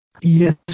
Yes